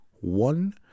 one